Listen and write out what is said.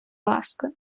ласка